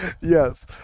yes